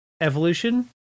evolution